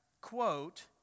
quote